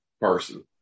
person